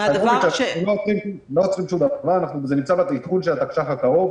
לא עוצרים, זה נמצא בעדכון של התקש"ח הקרוב,